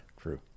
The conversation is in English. True